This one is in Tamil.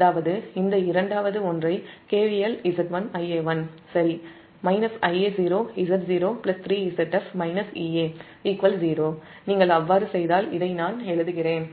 அதாவது இந்த இரண்டாவது ஒன்றை KVL Z1 Ia1 சரி Ia0Z03Zf Ea0நீங்கள் அவ்வாறு செய்தால்அதை நான் எழுதுகிறேன்